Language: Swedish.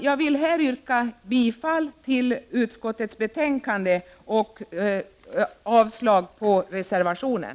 Jag vill här yrka bifall till utskottets hemställan och avslag på reservationen.